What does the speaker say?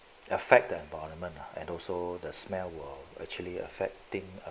affect the environment lah and also the smell were actually affecting